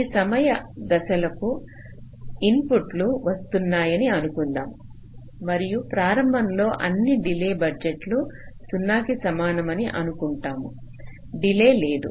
ఈ సమయ దశలకు ఇన్పుట్ లు వస్తున్నాయని అనుకుందాం మరియు ప్రారంభంలో అన్నిడిలే బడ్జెట్లు 0 కి సమానమని అనుకుంటాము డిలే లేదు